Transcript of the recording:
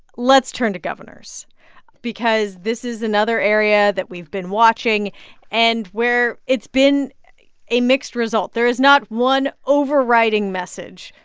let's turn to governors because this is another area that we've been watching and where it's been a mixed result. there is not one overriding message.